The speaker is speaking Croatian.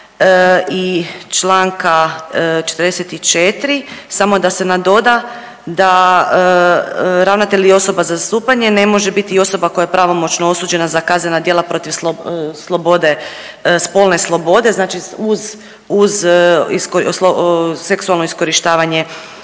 i čl. 44., samo da se nadoda da ravnatelj i osoba za zastupanje ne može biti i osoba koja je pravomoćno osuđena za kaznena djela protiv slobode, spolne slobode, znači uz, uz seksualno iskorištavanje